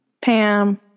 Pam